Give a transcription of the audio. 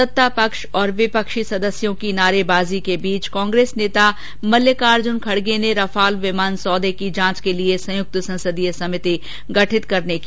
सत्तापक्ष और विपक्षी सदस्यों की नारेबाजी के बीच कांग्रेस नेता मलिकार्जन खड़गे ने रफाल विमान सौदे की जांच के लिए संयुक्त संसदीय समिति गठित करने की मांग की